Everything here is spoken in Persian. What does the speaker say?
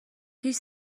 هیچ